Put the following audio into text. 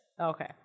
Okay